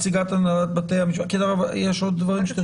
הנהלת בתי המשפט יש עוד דברים?